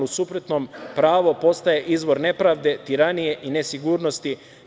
U suprotnom, pravo postaje izvor nepravde, tiranije i nesigurnosti.